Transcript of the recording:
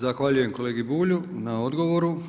Zahvaljujem kolegi Bulju na odgovoru.